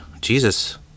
Jesus